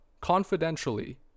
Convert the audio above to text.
confidentially